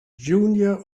junior